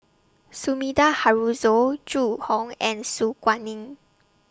Sumida Haruzo Zhu Hong and Su Guaning